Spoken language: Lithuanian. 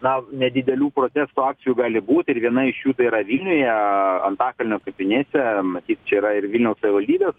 na nedidelių protesto akcijų gali būti ir viena iš jų tai yra vilniuje antakalnio kapinėse matyt čia yra ir vilniaus savivaldybės